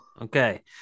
Okay